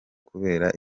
kubera